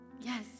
Yes